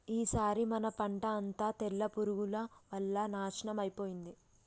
ఈసారి మన పంట అంతా తెల్ల పురుగుల వల్ల నాశనం అయిపోయింది